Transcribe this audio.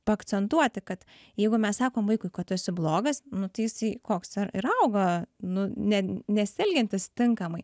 paakcentuoti kad jeigu mes sakom vaikui kad tu esi blogas nu tai jisai koks ir ir auga nu ne nesielgiantis tinkamai